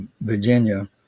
Virginia